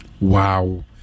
Wow